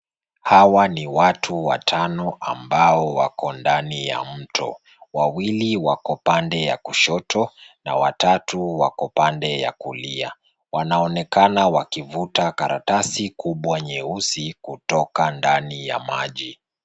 Hawa ni watu watano ambao wako ndani ya mto. Wawili wako pande ya kushoto na watatu wako pande ya kulia. Wanaonekana wakivuta karatasi kubwa nyeusi kutoka ndani ya maji.